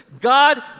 God